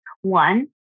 One